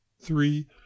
three